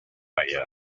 raya